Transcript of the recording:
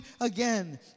again